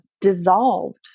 dissolved